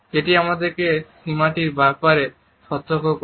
যেটি আমাদেরকে সীমাটির ব্যাপারে সতর্ক করে দেয়